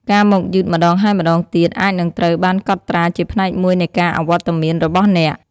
ការមកយឺតម្តងហើយម្តងទៀតអាចនឹងត្រូវបានកត់ត្រាជាផ្នែកមួយនៃការអវត្តមានរបស់អ្នក។